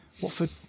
Watford